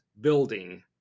building